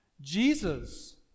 Jesus